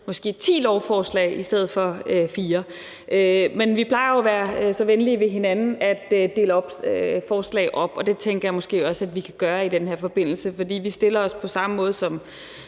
måske ti lovforslag i stedet for fire. Men vi plejer jo at være så venlige ved hinanden at dele forslag op, og det tænker jeg måske også at vi kan gøre i den her forbindelse. For vi stiller os på samme måde som